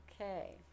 Okay